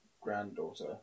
granddaughter